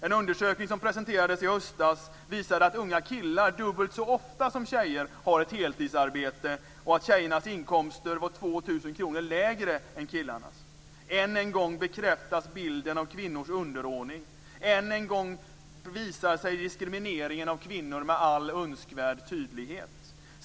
En undersökning som presenterades i höstas visade att unga killar dubbelt så ofta som tjejer har ett heltidsarbete och att tjejernas inkomster var 2 000 kr lägre än killarnas. Än en gång bekräftas bilden av kvinnors underordning. Än en gång visar sig diskrimineringen av kvinnor med all önskvärd tydlighet.